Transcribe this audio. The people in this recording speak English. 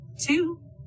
Two